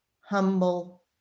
humble